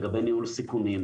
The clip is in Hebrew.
לגבי ניהול סיכונים.